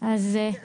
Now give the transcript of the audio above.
מי בעד?